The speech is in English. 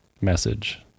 message